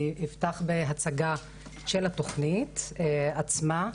אני אפתח בהצגה של בהצגה של התוכנית עמה,